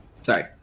Sorry